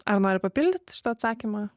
ar nori papildyt šitą atsakymą